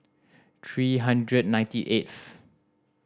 three hundred ninety eighth